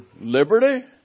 liberty